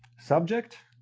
subject,